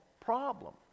problem